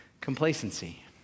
complacency